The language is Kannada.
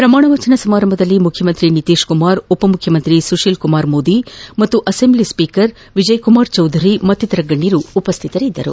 ಪ್ರಮಾಣವಚನ ಸಮಾರಂಭದಲ್ಲಿ ಮುಖ್ಯಮಂತ್ರಿ ನಿತೀಶ್ ಕುಮಾರ್ ಉಪಮುಖ್ಯಮಂತ್ರಿ ಸುತೀಲ್ ಕುಮಾರ್ ಮೋದಿ ಮತ್ತು ಅಸೆಂಬ್ಲಿ ಸ್ವೀಕರ್ ವಿಜಯ್ ಕುಮಾರ್ ಚೌಧರಿ ಮತ್ತಿತರ ಗಣ್ಣರು ಉಪಸ್ಥಿತರಿದ್ದರು